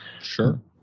Sure